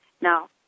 Now